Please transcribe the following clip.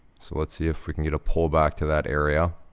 so, let's see if we can get a pull back to that area.